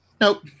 Nope